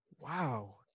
Wow